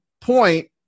point